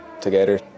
together